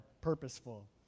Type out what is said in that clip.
purposeful